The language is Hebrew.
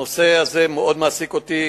הנושא הזה מאוד מעסיק אותי.